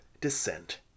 descent